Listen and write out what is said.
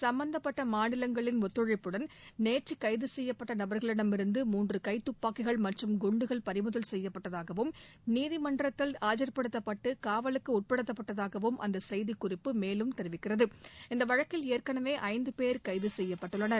சும்பந்தப்பட்ட மாநிலங்களின் ஒத்துழைப்புடன் நேற்று கைது செய்யப்பட்ட நபர்களிடமிருந்து மூன்று கைத்துப்பாக்கிகள் மற்றும் குண்டுகள் பறிமுதல் செய்யப்பட்டதாகவும் நீதிமன்றத்தில் ஆஜர்படுத்தப்பட்டு காவலுக்கு உட்படுத்தப்பட்டதாகவும் அந்த செய்திக்குறிப்பு மேலும் தெரிவிக்கிறது இந்த வழக்கில் ஏற்கனவே ஐந்து பேர் கைது செய்யப்பட்டுள்ளனர்